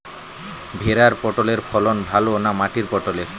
ভেরার পটলের ফলন ভালো না মাটির পটলের?